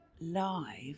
live